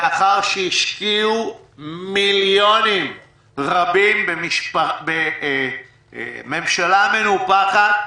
לאחר שהשקיעו מיליונים רבים בממשלה מנופחת,